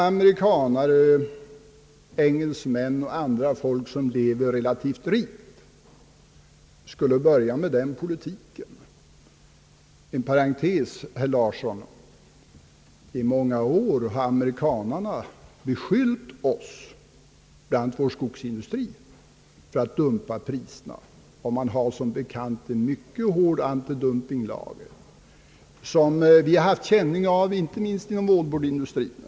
Amerikanerna har, inom parentes, herr Larsson, i många år beskyllt oss för att ha dumpat priserna på vår skogsindustris produkter. De har som bekant en mycket hård antidumpinglag som vi haft känning av, inte minst inom wallboardindustrin.